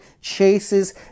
chases